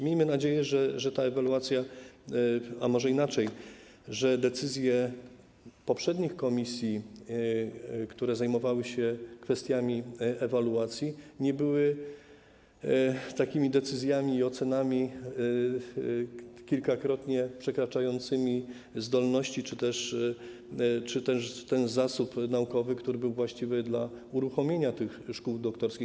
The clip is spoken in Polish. Miejmy nadzieję, że ta ewaluacja... a może inaczej, że decyzje poprzednich komisji, które zajmowały się kwestiami ewaluacji, nie były decyzjami i ocenami kilkakrotnie przekraczającymi zdolności czy też zasób naukowy, które były właściwe dla uruchomienia tych szkół doktorskich.